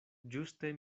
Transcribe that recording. ĝuste